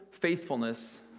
faithfulness